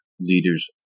leaders